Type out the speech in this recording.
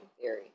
theory